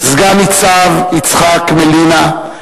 סגן-ניצב יצחק מלינה,